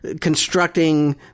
constructing